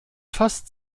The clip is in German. fast